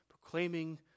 proclaiming